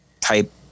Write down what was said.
type